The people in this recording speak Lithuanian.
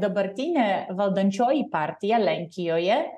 dabartinė valdančioji partija lenkijoje